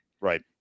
Right